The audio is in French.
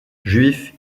juif